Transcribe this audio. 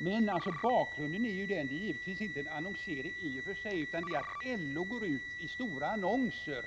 Herr talman! Jag vill passa på att önska finansministern en god jul och hoppas att han får vila sitt huvud mot den tjocka lunta som vi kommer att få. Bakgrunden är ju inte i och för sig en annonsering utan detta att LO går ut med stora annonser